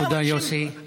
תודה, יוסי.